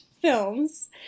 Films